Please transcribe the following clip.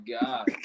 god